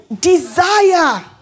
Desire